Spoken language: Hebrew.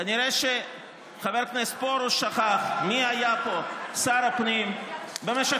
כנראה שחבר הכנסת פרוש שכח מי היה פה שר הפנים במשך